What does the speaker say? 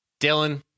Dylan